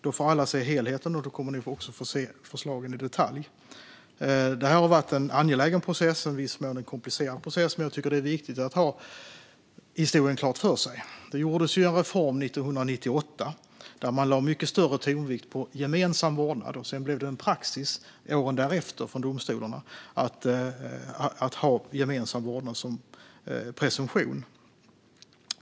Då får alla se både helheten och förslagen i detalj. Det här har varit en angelägen och i viss mån en komplicerad process, men jag tycker att det är viktigt att ha historien klar för sig. Det gjordes en reform 1998, där man lade mycket större tonvikt vid gemensam vårdnad. Åren därefter blev det en praxis från domstolarna att ha gemensam vårdnad som presumtion.